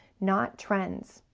not trends,